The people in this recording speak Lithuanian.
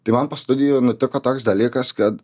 tai man po studijų nutiko toks dalykas kad